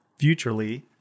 futurely